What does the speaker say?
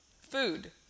food